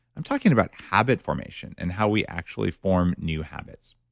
i'm talking about habit formation and how we actually form new habits